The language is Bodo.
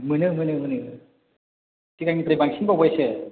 मोनो मोनो मोनो सिगांनिफ्राय बांसिन बावबायसो